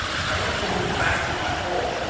i want to go back to my home!